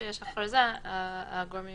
זה נכון למקרים